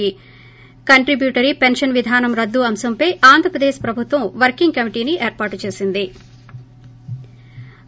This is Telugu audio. ి కంట్రిబ్యూటరీ పెన్షన్ విధానం రద్దు అంశంపై ఆంధప్రదేశ్ ప్రభుత్వం వర్కింగ్ కమిటిని ఏర్పాటు చేసింది